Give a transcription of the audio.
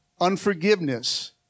unforgiveness